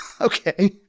Okay